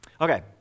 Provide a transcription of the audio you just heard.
Okay